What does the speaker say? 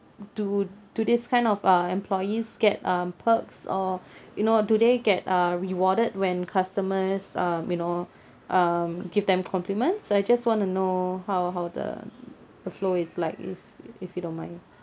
do do this kind of uh employees get um perks or you know do they get uh rewarded when customers um you know um give them compliments so I just want to know how how the the flow is like if if you don't mind